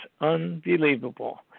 unbelievable